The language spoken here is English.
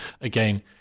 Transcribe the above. again